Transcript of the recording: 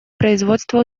производства